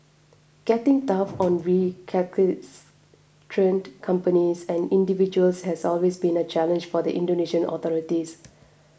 getting tough on companies and individuals has always been a challenge for the Indonesian authorities